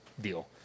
deal